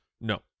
No